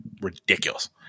ridiculous